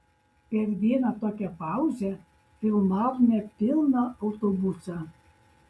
per vieną tokią pauzę filmavome pilną autobusą